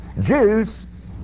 Jews